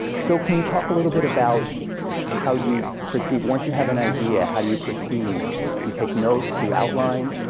so can you talk a little bit about how you proceed, once you have an idea, how do you proceed? do you take notes, do you outline?